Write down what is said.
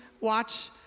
Watch